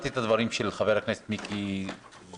תשמעו, שמעתי את הדברים של חבר הכנסת מיקי זוהר,